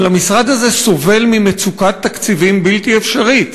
אבל המשרד הזה סובל ממצוקת תקציבים בלתי אפשרית.